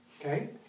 Okay